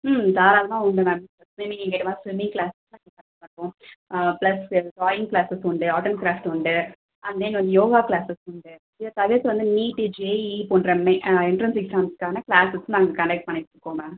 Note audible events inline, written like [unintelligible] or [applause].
ம் தாராளமாக உண்டு ma'am [unintelligible] swimming class [unintelligible] plus drawing classes உண்டு ஆர்ட் அண்ட் கிராஃப்ட் உண்டு அண்ட் தென் யோகா கிளாஸஸ் உண்டு எங்கள் காலேஜில் வந்து நீட்டு ஜேஇஇ போன்ற மே எண்ட்ரென்ஸ் எக்ஸாம்ஸ்க்கான கிளாஸஸும் நாங்கள் கன்டெக்ட் பண்ணிட்டிருக்கோம் மேம்